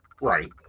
Right